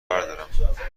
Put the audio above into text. بردارم